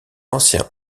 ancien